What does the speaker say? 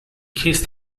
kissed